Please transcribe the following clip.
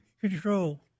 control